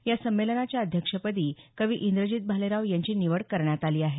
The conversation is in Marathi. या संमेलनाच्या अध्यक्षपदी कवी इंद्रजित भालेराव यांची निवड करण्यात आली आहे